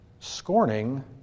Scorning